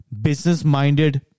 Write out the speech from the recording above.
business-minded